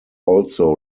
also